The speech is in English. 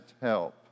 help